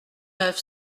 neuf